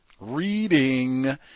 Reading